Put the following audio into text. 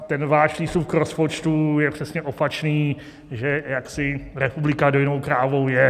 Ten váš přístup k rozpočtu je přesně opačný, že jaksi republika dojnou krávou je.